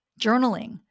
journaling